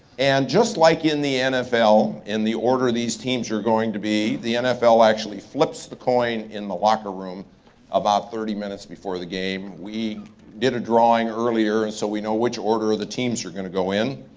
and just like in the nfl, in the order these teams are going to be, the nfl actually flips the coin in the locker room about thirty minutes before the game. we get a drawing earlier so we know which order the teams are gonna go in.